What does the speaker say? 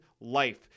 life